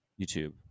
YouTube